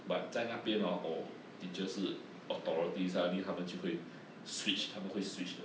but 在那边 orh oh teacher 是 authorities ah 一定他们就会 switched 他们会 switch 的